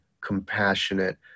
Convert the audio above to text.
compassionate